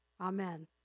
Amen